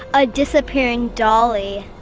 a disappearing dolly.